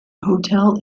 hotel